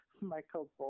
Michael